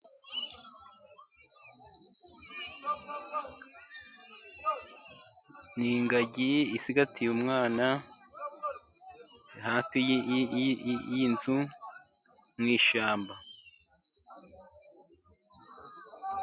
Ni ingagi icigatiye umwana hafi y'iyi nzu, mu ishyamba.